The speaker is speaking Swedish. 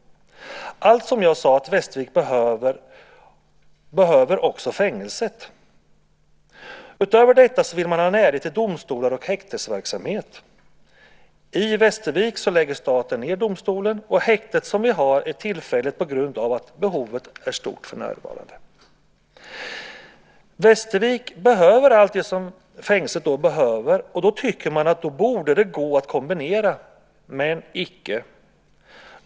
Allt som jag sade att Västervik behöver behöver också fängelset. Utöver detta vill man ha närhet till domstolar och häktesverksamhet. I Västervik lägger staten ned domstolen, och häktet som vi har är tillfälligt på grund av att behovet är stort för närvarande. Västervik behöver allt det som fängelset behöver. Då tycker man att det borde gå att kombinera - men icke.